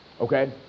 okay